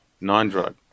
Non-drug